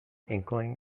inkling